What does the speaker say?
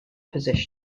position